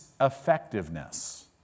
effectiveness